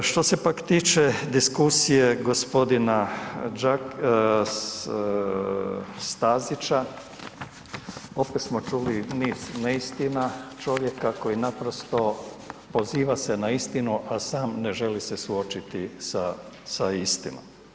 Što se pak tiče diskusije g. Stazića, opet smo čuli niz neistina čovjeka koji naprosto poziva se na istinu, a sam ne želi se suočiti sa, sa istinom.